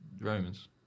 Romans